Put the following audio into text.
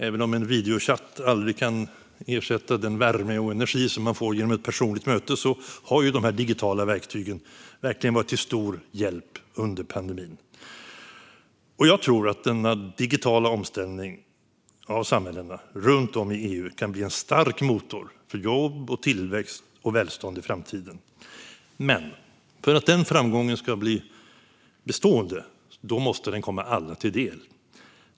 Även om en videochatt aldrig kan ersätta den värme och energi som man får genom ett personligt möte har de digitala verktygen verkligen varit till stor hjälp under pandemin. Jag tror att denna digitala omställning av samhällena runt om i EU kan bli en stark motor för jobb, tillväxt och välstånd i framtiden. Men för att den framgången ska bli bestående måste den komma alla till del.